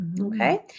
Okay